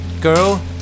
girl